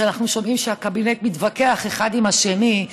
אנחנו שומעים שבקבינט מתווכחים אחד עם השני.